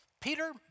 Peter